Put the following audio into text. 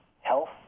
health